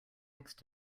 next